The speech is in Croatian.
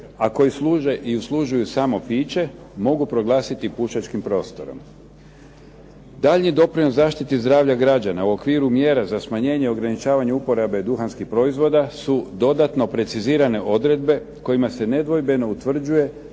a koji služe i uslužuju samo piće, mogu proglasiti pušačkim prostorom. Daljnji doprinos zaštiti zdravlja građana u okviru mjera za smanjenje i ograničavanje uporabe duhanskih proizvoda su dodatno precizirane odredbe, kojima se nedvojbeno utvrđuje